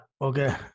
okay